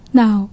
now